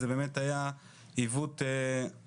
זה באמת היה עיוות היסטורי.